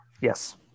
Yes